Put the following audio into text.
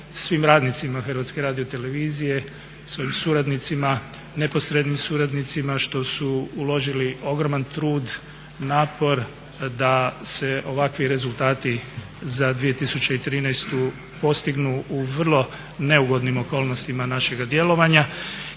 svim radnicima Hrvatske radiotelevizije, svojim suradnicima, neposrednim suradnicima što su uložili ogroman trud, napor da se ovakvi rezultati za 2013. postignu u vrlo neugodnim okolnostima našega djelovanja